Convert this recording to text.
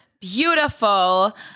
beautiful